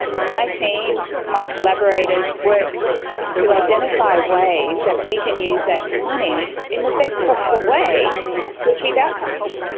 my team, my collaborators work to identify ways that we can use that money in the best possible way to achieve outcomes.